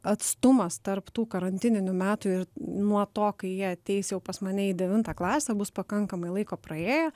atstumas tarp tų karantininių metų ir nuo to kai jie ateis jau pas mane į devintą klasę bus pakankamai laiko praėję